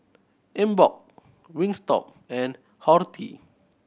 Emborg Wingstop and Horti